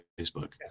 Facebook